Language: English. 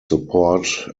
support